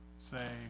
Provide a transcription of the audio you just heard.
say